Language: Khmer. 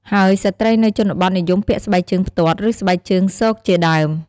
ហើយស្រ្តីនៅជនបទនិយមពាក់ស្បែកជើងផ្ទាត់ ឬស្បែកជើងស៊កជាដើម។